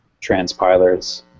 transpilers